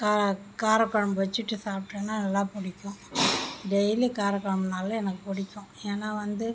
காரா காரக்குழம்பு வச்சிட்டு சாப்பிட்டேன்னா நல்லா பிடிக்கும் டெய்லி காரக்குழம்புன்னாலே எனக்கு பிடிக்கும் ஏன்னால் வந்து